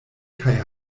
kaj